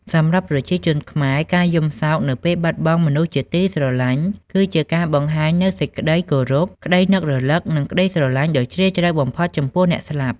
សម្រាប់ប្រជាជនខ្មែរ ការយំសោកនៅពេលបាត់បង់មនុស្សជាទីស្រឡាញ់ គឺជាការបង្ហាញនូវសេចក្តីគោរព ក្តីនឹករលឹក និងក្តីស្រឡាញ់ដ៏ជ្រាលជ្រៅបំផុតចំពោះអ្នកស្លាប់។